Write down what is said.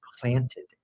Planted